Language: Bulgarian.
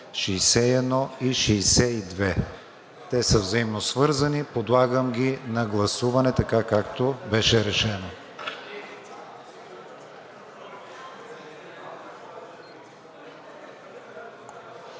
61 и § 62. Те са взаимосвързани – подлагам ги на гласуване, както беше решено.